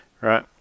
Right